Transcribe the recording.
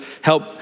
Help